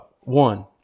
one